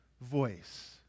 voice